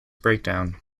breakdown